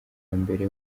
mbere